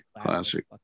classic